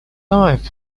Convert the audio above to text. life